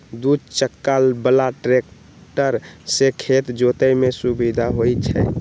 दू चक्का बला ट्रैक्टर से खेत जोतय में सुविधा होई छै